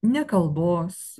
ne kalbos